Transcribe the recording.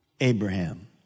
Abraham